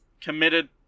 committed